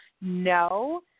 No